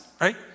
right